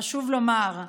חשוב לומר: